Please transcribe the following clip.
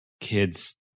kids